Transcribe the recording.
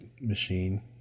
machine